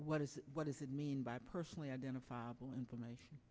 what is what does it mean by personally identifiable information